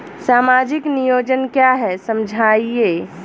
सामाजिक नियोजन क्या है समझाइए?